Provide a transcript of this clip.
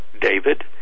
David